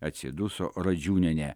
atsiduso radžiūnienė